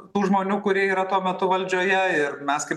tų žmonių kurie yra tuo metu valdžioje ir mes kaip